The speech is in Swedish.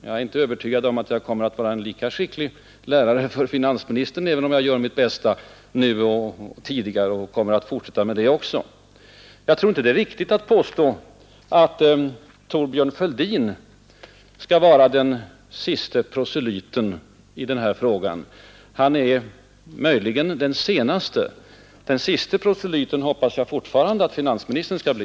Jag är inte övertygad om att jag kommer att vara en lika skicklig lärare för finansministern, även om jag nu liksom tidigare gör mitt bästa i det fallet och kommer att fortsätta med det. Slutligen tror jag inte det är riktigt att påstå att Thorbjörn Fälldin skall vara den siste proselyten i denna fråga. Möjligen är han den senaste. Den siste proselyten hoppas jag fortfarande att finansministern skall bli.